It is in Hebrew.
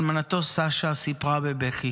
אלמנתו סשה סיפרה בבכי: